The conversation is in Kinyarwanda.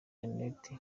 jeanette